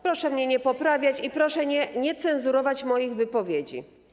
Proszę mnie nie poprawiać i proszę nie cenzurować moich wypowiedzi.